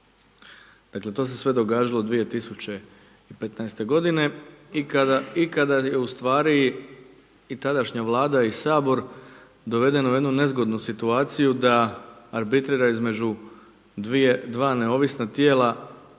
Dakle, to se sve događalo 2015. godine i kada je u stvari i tadašnja Vlada i Sabor doveden u jednu nezgodnu situaciju da arbitrira između dva neovisna tijela